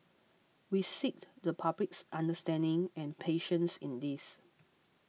we seek the public's understanding and patience in this